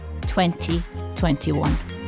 2021